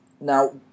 Now